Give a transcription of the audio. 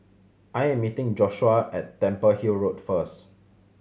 I am meeting Joshuah at Temple Hill Road first